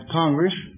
congress